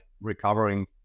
recovering